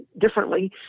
differently